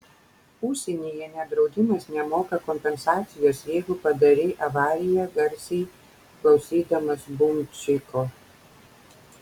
užsienyje net draudimas nemoka kompensacijos jeigu padarei avariją garsiai klausydamas bumčiko